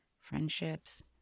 friendships